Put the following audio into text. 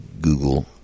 Google